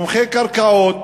מומחה לקרקעות,